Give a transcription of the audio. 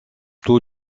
tous